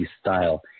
style